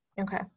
okay